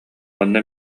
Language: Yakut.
онно